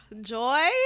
Joy